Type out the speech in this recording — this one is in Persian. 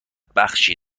بخشی